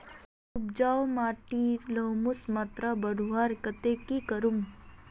उपजाऊ माटिर ह्यूमस मात्रा बढ़वार केते की करूम?